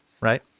right